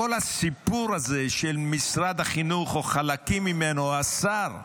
כל הסיפור הזה של משרד החינוך או חלקים ממנו, השר,